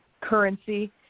currency